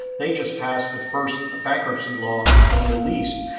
they just passed the first bankruptcy law in the middle east.